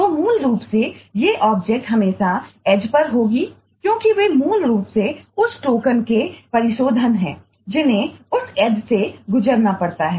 तो मूल रूप से ये ऑब्जेक्ट से गुजरना पड़ता है